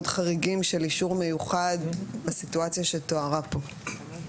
חריגים של אישור מיוחד בסיטואציה שתוארה כאן.